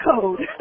code